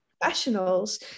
professionals